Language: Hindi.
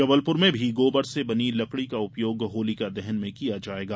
जबलपुर में भी गोबर से बनी लकड़ी का उपयोग होलिका दहन में किया जायेगा